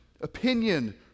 opinion